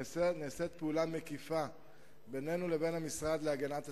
נעשית פעולה מקיפה בינינו לבין המשרד להגנת הסביבה.